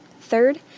Third